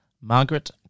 Margaret